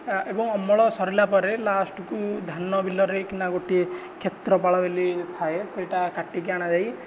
ଏବଂ ଅମଳ ସରିଲା ପରେ ଲାଷ୍ଟକୁ ଧାନ ବିଲରେକିନା ଗୋଟିଏ କ୍ଷେତ୍ରପାଳ ବୋଲି ଥାଏ ସେଟା କାଟିକି ଅଣାଯାଇ